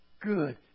good